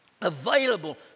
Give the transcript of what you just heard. available